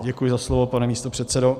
Děkuji za slovo, pane místopředsedo.